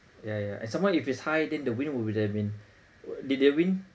yeah yeah and somemore if it's high then the wind would have been wh~ did the wind